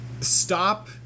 stop